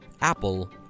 Apple